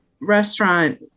restaurant